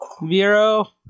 Vero